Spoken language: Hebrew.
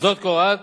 וזאת כהוראת